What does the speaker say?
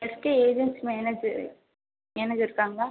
ST agency manager manager இருக்காங்களா